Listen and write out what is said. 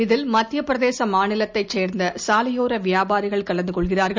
இதில் மத்தியப்பிரதேச மாநிலத்தைச் சேர்ந்த சாலையோர வியாபாரிகள் கலந்து கொள்கிறார்கள்